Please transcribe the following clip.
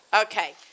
Okay